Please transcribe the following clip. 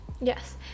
Yes